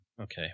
Okay